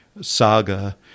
saga